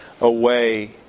away